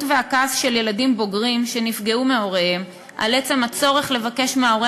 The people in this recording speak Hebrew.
והכעס של ילדים בוגרים שנפגעו מהוריהם על עצם הצורך לבקש מההורה